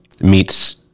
meets